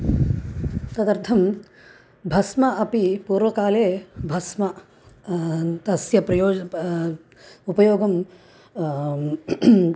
तदर्थं भस्मम् अपि पूर्वकाले भस्मम् तस्य प्रयोजनं पा उपयोगं